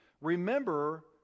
Remember